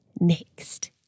next